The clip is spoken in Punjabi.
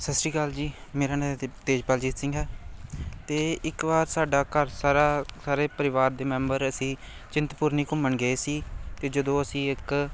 ਸਤਿ ਸ਼੍ਰੀ ਅਕਾਲ ਜੀ ਮੇਰਾ ਨਾਂ ਤੇਜਪਾਲਜੀਤ ਸਿੰਘ ਆ ਅਤੇ ਇੱਕ ਵਾਰ ਸਾਡਾ ਘਰ ਸਾਰਾ ਸਾਰੇ ਪਰਿਵਾਰ ਦੇ ਮੈਂਬਰ ਅਸੀਂ ਚਿੰਤਪੁਰਨੀ ਘੁੰਮਣ ਗਏ ਸੀ ਅਤੇ ਜਦੋਂ ਅਸੀਂ ਇੱਕ